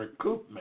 recoupment